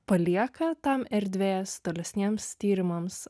palieka tam erdvės tolesniems tyrimams